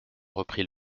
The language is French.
reprit